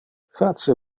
face